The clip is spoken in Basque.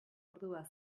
ordua